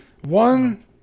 One